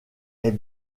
est